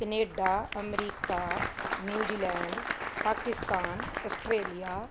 Canada America New Zealand Pakistan Australia